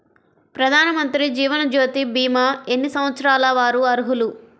ప్రధానమంత్రి జీవనజ్యోతి భీమా ఎన్ని సంవత్సరాల వారు అర్హులు?